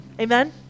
Amen